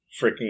freaking